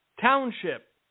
township